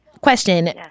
question